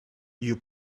you